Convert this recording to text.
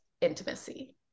intimacy